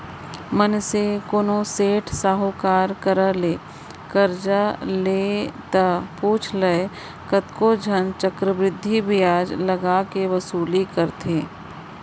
मनसे कोनो सेठ साहूकार करा ले करजा ले ता पुछ लय कतको झन चक्रबृद्धि बियाज लगा के वसूली करथे